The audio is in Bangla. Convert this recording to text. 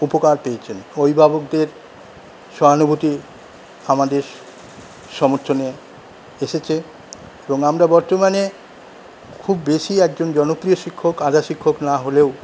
উপকার পেয়ে চলি অভিভাবকদের সহানুভূতি আমাদের সমর্থনে এসেছে এবং আমরা বর্তমানে খুব বেশি একজন জনপ্রিয় শিক্ষক আধা শিক্ষক না হলেও